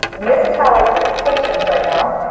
this is how i treat patients right now.